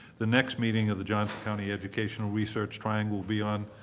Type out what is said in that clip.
the next meeting of the johnson county educational research triangle will be on